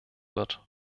wird